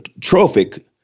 trophic